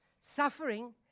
Suffering